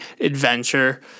adventure